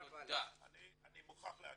מוכרח להגיד,